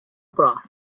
broth